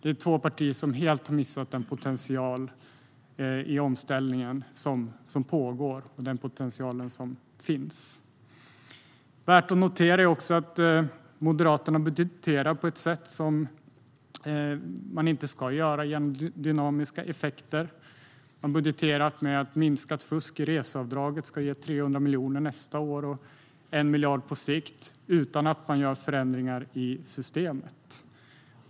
Det är två partier som helt missat den potential som finns i den omställning som pågår. Värt att notera är också att Moderaterna budgeterar på ett sätt som man inte ska göra med dynamiska effekter. De har budgeterat med att minskat fusk i reseavdraget ska ge 300 miljoner nästa år och 1 miljard på sikt utan att man gör förändringar i systemet.